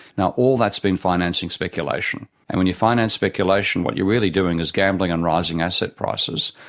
now, all that's been financing speculation, and when you finance speculation what you're really doing is gambling on rising asset prices.